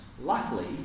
Luckily